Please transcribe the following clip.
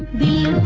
the